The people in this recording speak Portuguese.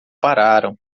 pararam